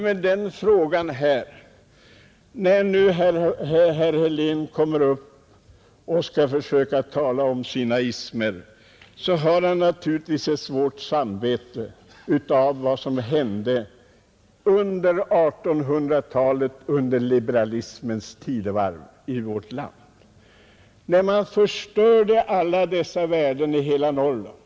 Och när herr Helén skulle tala om sina ismer föreställde jag mig att han borde ha dåligt samvete för vad som hände på 1800-talet under liberalismens tidevarv i vårt land. Det var ju då man förstörde så stora naturvärden i hela Norrland.